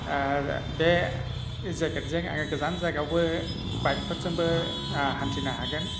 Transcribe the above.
आरो बे जेकेटजों आङो गोजान जायगायावबो बाइकफोरजोंबो आं हान्थिनो हागोन